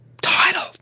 title